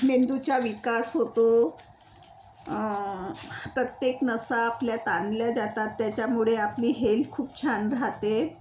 मेंदूचा विकास होतो प्रत्येक नसा आपल्या ताणल्या जातात त्याच्यामुळे आपली हेल्थ खूप छान राहते